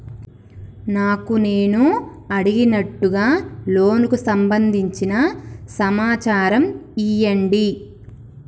నాకు నేను అడిగినట్టుగా లోనుకు సంబందించిన సమాచారం ఇయ్యండి?